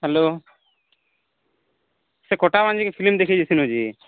hello ସେ କଣ୍ଟାବାଞ୍ଛି କି ଫିଲ୍ମ୍ ଦେଖି ଯାଇ ସିନୁ ଯେ